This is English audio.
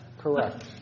correct